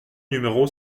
numéro